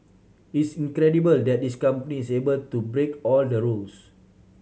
it's incredible that this company is able to break all the rules